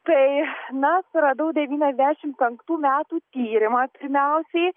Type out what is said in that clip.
tai na suradau devyniasdešim penktų metų tyrimą pirmiausiai